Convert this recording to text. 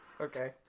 okay